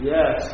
Yes